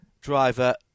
driver